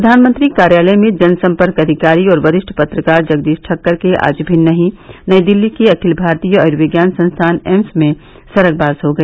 प्रधानमंत्री कार्यालय में जनसंपर्क अधिकारी और वरिष्ठ पत्रकार जगदीश ठक्कर का आज सवेरे नई दिल्ली के अखिल भारतीय आयुर्विज्ञान संस्थान एम्स में निधन हो गया